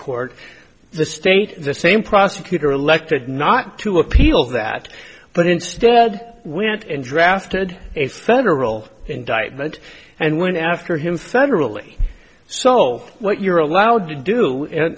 court the state the same prosecutor elected not to appeal that but instead went and drafted a federal indictment and went after him federally so what you're allowed to do und